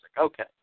Okay